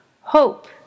hope